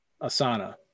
Asana